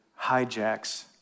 hijacks